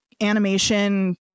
animation